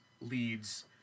leads